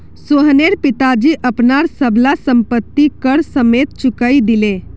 सोहनेर पिताजी अपनार सब ला संपति कर समयेत चुकई दिले